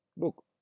Look